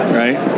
right